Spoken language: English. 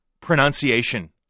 pronunciation